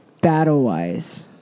battle-wise